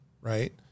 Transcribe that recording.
right